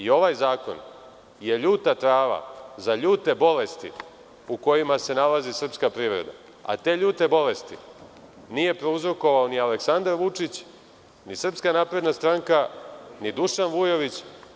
Ovaj zakon je ljuta trava za ljute bolesti u kojima se nalazi srpska privreda, a te ljute bolesti nije prouzrokovao ni Aleksandar Vučić, ni SNS, ni Dušan Vujović.